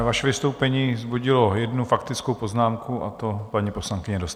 Vaše vystoupení vzbudilo jednu faktickou poznámku, a to poslankyně Dostálové.